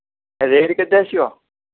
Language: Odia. ରେଟ୍ କେତେ ଆସିବ